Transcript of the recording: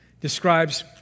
describes